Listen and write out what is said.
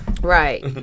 Right